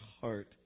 heart